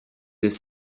des